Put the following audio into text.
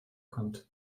kommt